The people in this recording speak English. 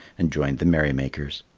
and joined the merry-makers.